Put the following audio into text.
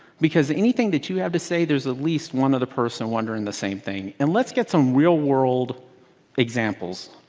because anything that you have to say, there's at ah least one other person wondering the same thing. and let's get some real world examples.